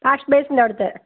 wash ബെയ്സിൻ്റെ അവിടുത്തെ